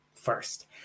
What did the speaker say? first